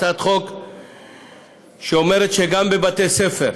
הצעת חוק שאומרת שגם בבתי ספר.